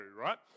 right